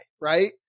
right